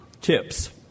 tips